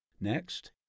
Next